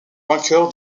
vainqueur